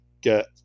get